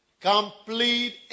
Complete